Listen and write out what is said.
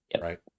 right